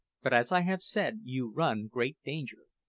but, as i have said, you run great danger.